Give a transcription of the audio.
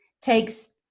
takes